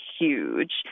huge